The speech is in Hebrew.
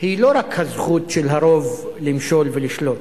היא לא רק הזכות של הרוב למשול ולשלוט,